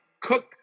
cook